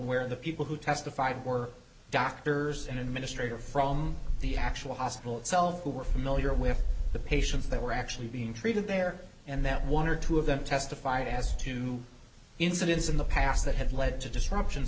where the people who testified were doctors an administrator from the actual hospital itself who were familiar with the patients that were actually being treated there and that one or two of them testified as to incidents in the past that had led to disruptions